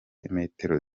metero